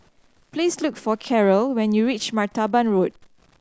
please look for Caryl when you reach Martaban Road